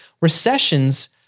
Recessions